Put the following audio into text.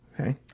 okay